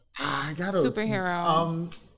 Superhero